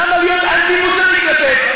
למה להיות אנטי-מוסרי כלפיהם?